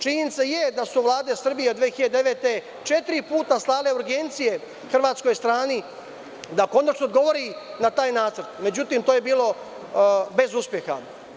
Činjenica je da su vlade Srbije 2009. godine četiri puta slale urgencije hrvatskoj strani da konačno odgovori na taj nacrt, međutim, to je bilo bez uspeha.